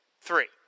Three